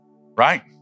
Right